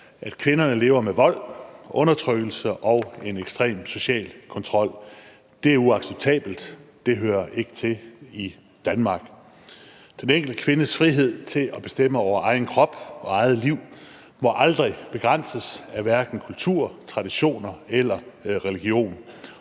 at kvinderne lever med vold, undertrykkelse og en ekstrem social kontrol. Det er uacceptabelt, og det hører ikke til i Danmark. Den enkelte kvindes frihed til at bestemme over egen krop og eget liv må aldrig begrænses af hverken kultur, traditioner eller religion,